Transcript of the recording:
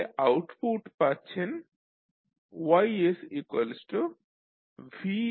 তাহলে আউটপুট পাচ্ছেন YsV1V2